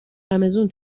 رمضون